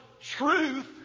truth